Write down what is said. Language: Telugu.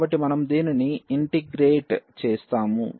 కాబట్టి మనము దీనిని ఇంటిగ్రేట్ చేసాము